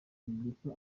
republika